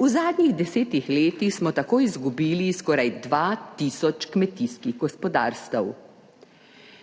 v zadnjih desetih letih smo tako izgubili skoraj 2 tisoč kmetijskih gospodarstev,